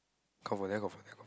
confirm there confirm